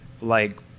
like-